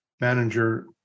manager